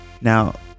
Now